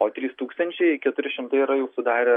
o trys tūkstančiai keturi šimtai yra jau sudarę